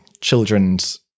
children's